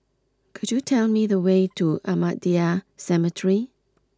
could you tell me the way to Ahmadiyya Cemetery